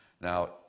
Now